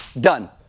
done